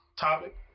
topic